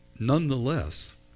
nonetheless